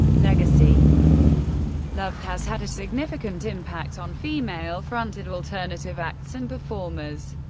legacy love has had a significant impact on female-fronted alternative acts and performers.